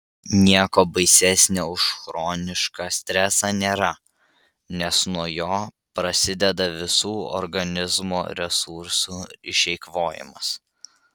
nieko baisesnio už chronišką stresą nėra nes nuo jo prasideda visų organizmo resursų išeikvojimas